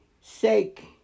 sake